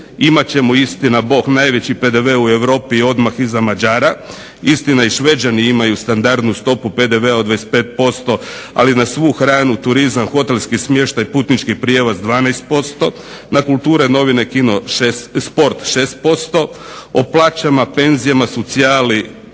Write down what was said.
imat ćemo istina Bog najveći PDV u Europi odmah iza Mađara, istina i Šveđani imaju standardnu stopu PDV-a od 25% ali na svu hranu, turizam, hotelski smještaj, putnički prijevoz 12%, na kulture, novine, kino, sport 6%, o plaćama, penzijama, socijali,